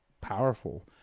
powerful